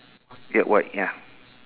grey white ya